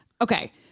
Okay